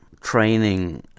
training